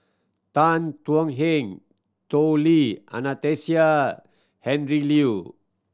Tan Thuan Heng Tao Li Anastasia Liew